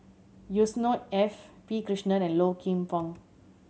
Yusnor F P Krishnan and Low Kim Pong